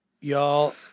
y'all